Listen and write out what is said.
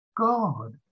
God